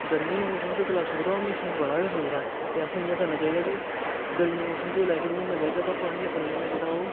गर्मियें दे मौसम च गला सुकदा ओह् म्हेशा बड़ा गै सुकदा ऐ ते असें इ'यां करना चाहिदा कि गर्मियें दे मौसम च जेल्लै असें दौड़ना चाहिदा तां पानी अपने कन्नै जेह्ड़ा ओह्